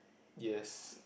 yes